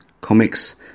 comics